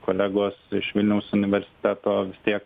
kolegos iš vilniaus universiteto vis tiek